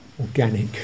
Organic